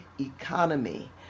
economy